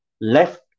left